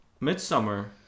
Midsummer